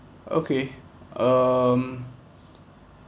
okay um